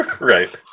Right